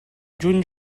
juny